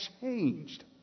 changed